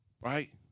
right